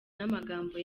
n’amagambo